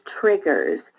triggers